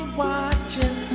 watching